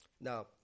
now